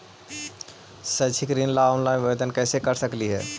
शैक्षिक ऋण ला ऑनलाइन आवेदन कैसे कर सकली हे?